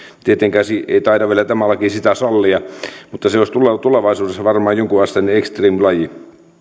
tieteenkään ei tämä laki sitä vielä salli mutta se voisi olla tulevaisuudessa varmaan jonkunlainen extremelaji